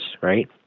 right